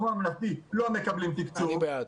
הממלכתי לא מקבלים תקצוב --- אני בעד.